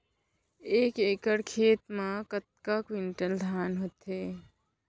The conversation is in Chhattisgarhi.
एक एकड़ खेत मा कतका क्विंटल धान होथे?